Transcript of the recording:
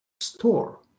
store